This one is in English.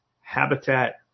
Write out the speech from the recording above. habitat